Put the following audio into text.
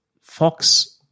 Fox